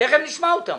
תכף נשמע אותם.